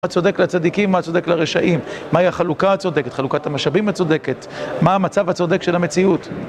מה צודק לצדיקים, מה צודק לרשעים, מהי החלוקה הצודקת, חלוקת המשאבים הצודקת, מה המצב הצודק של המציאות